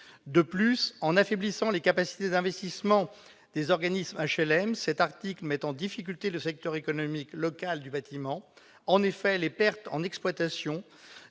De plus, en affaiblissant les capacités d'investissement des organismes d'HLM, cet article met en grande difficulté le secteur économique local du bâtiment. En effet, les pertes en exploitation